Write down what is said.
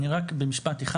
רק משפט אחד.